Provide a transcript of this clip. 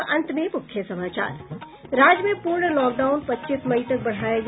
और अब अंत में मुख्य समाचार राज्य में पूर्ण लॉकडाउन पच्चीस मई तक बढ़ाया गया